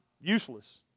useless